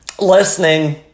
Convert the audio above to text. listening